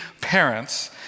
parents